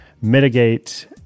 mitigate